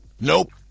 Nope